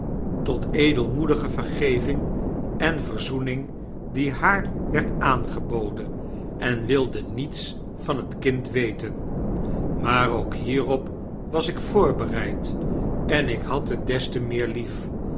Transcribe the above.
tot edelmoedige vergeving en verzoening die haar werdaangeboden en wilde niets van het kind weten maar ook hierop was ik voorbereid en ik had het des te meer lief